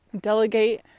delegate